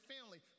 family